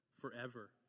forever